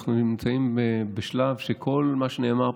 אנחנו נמצאים בשלב שבו כל מה שנאמר פה,